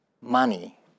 money